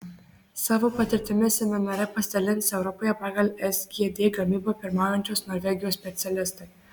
savo patirtimi seminare pasidalins europoje pagal sgd gamybą pirmaujančios norvegijos specialistai